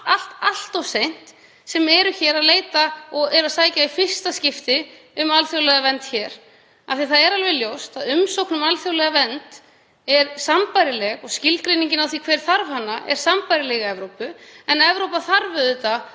þeim allt of seint sem sækja í fyrsta skipti um alþjóðlega vernd hér. Það er alveg ljóst að umsókn um alþjóðlega vernd er sambærileg og skilgreiningin á því hver þarf hana er sambærileg innan Evrópu en Evrópa þarf auðvitað